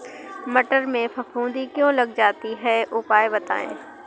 मटर में फफूंदी क्यो लग जाती है उपाय बताएं?